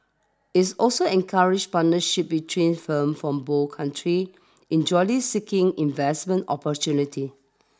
its also encourages partnerships between firms from both countries in jointly seeking investment opportunities